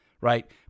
right